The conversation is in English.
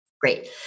Great